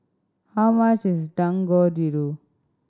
how much is Dangojiru